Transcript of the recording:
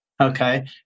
okay